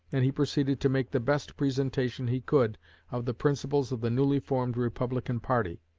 and he proceeded to make the best presentation he could of the principles of the newly-formed republican party,